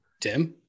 Tim